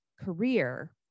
career